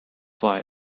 why